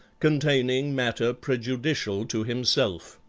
containing matter prejudicial to himself.